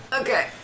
Okay